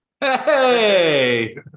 Hey